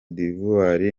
d’ivoire